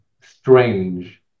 strange